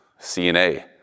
CNA